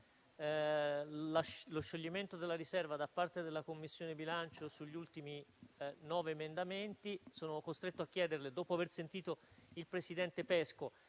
lo scioglimento della riserva da parte della Commissione bilancio sugli ultimi nove emendamenti, sono costretto a chiederle un ulteriore rinvio. Dopo aver sentito il presidente Pesco,